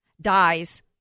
dies